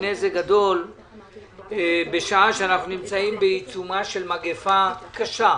זאת בשעה שאנחנו נמצאים בעיצומה של מגיפה קשה.